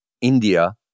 India